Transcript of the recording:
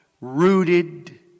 rooted